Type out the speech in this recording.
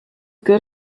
good